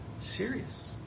serious